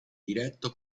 diretto